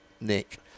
Nick